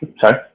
Sorry